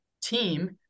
team